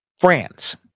France